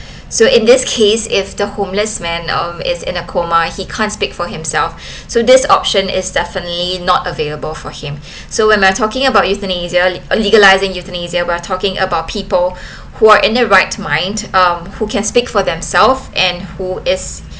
so in this case if the homeless man um he's in a coma he can't speak for himself so this option is definitely not available for him so when I'm talking about euthanasia legalizing euthanasia we're talking about people who are in their right mind um who can speak for themselves and who is